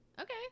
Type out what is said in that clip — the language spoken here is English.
okay